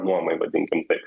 nuomai vadinkim taip